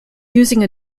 using